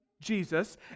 Jesus